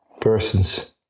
persons